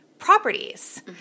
properties